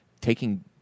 taking